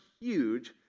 huge